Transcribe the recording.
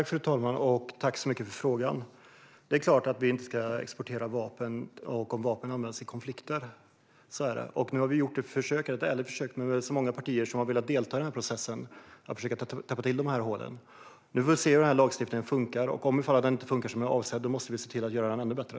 Fru talman! Tack så mycket för frågan, Yasmine Posio Nilsson! Det är klart att vi inte ska exportera vapen om vapnen används i konflikter. Vi har gjort ett ärligt försök, men det är inte så många partier som har velat delta i processen för att försöka täppa till hålen. Nu får vi se hur lagstiftningen funkar. Om den inte funkar som avsett måste vi se till att göra den ännu bättre.